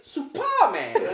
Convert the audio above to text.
Superman